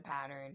pattern